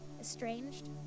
Estranged